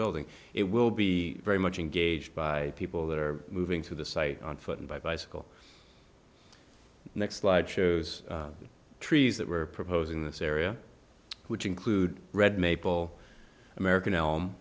building it will be very much engaged by people that are moving through the site on foot and buy a bicycle next slide shows trees that we're proposing in this area which include red maple american elm